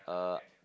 uh